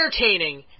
entertaining